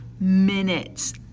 minutes